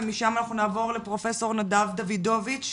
ומשם נעבור לפרופ' נדב דוידוביץ,